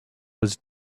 was